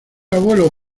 abuelo